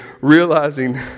realizing